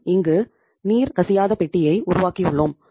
நாம் இங்கு நீர் கசியாத பெட்டியை உருவாக்கியுள்ளோம்